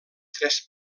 tres